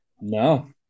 No